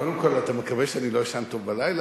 קודם כול, אתה מקווה שאני לא אישן טוב בלילה?